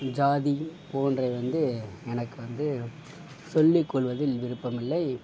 ஜாதி போன்றவை வந்து எனக்கு வந்து சொல்லி கொள்வதில் விருப்பம் இல்லை